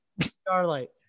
Starlight